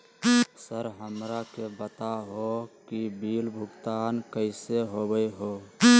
Sir हमरा के बता हो कि बिल भुगतान कैसे होबो है?